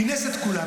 הוא כינס את כולם,